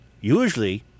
Usually